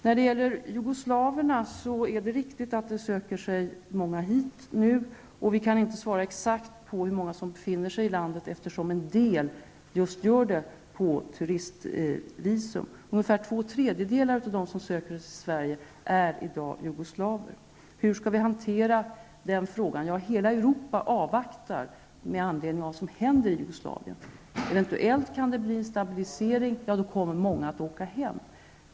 När det gäller jugoslaverna vill jag säga att det är riktigt att många nu söker sig hit. Vi kan inte exakt säga hur många det är som befinner sig i vårt land, eftersom en del är här just på turistvisum. Ungefär två tredjedelar av dem som i dag söker sig till Sverige är jugoslaver. Hur skall vi hantera den frågan? undrade Ian Wachtmeister. Ja, hela Europa avvaktar händelserna i Jugoslavien. Eventuellt blir det en stabilisering, och då åker många hem.